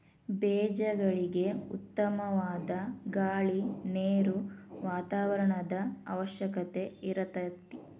ಬೇಜಗಳಿಗೆ ಉತ್ತಮವಾದ ಗಾಳಿ ನೇರು ವಾತಾವರಣದ ಅವಶ್ಯಕತೆ ಇರತತಿ